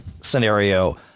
scenario